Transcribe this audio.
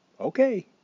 Okay